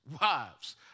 wives